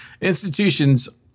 Institutions